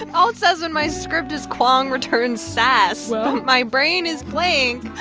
and all it says in my script is kwong returns sass well? my brain is blank.